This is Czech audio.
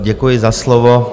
Děkuji za slovo.